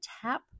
tap